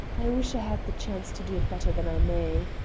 i wish i had the chance to do it better than i may.